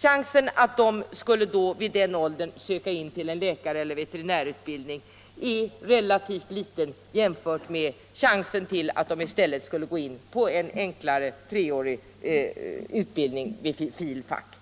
Chansen att de vid den åldern söker in till en läkareller veterinärutbildning är relativt liten, jämförd med chansen att de i stället går till en enklare, treårig utbildning vid filosofisk fakultet.